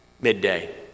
midday